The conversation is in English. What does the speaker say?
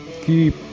Keep